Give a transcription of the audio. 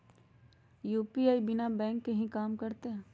UPI बिना bank के भी कम करतै?